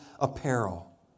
apparel